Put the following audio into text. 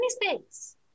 mistakes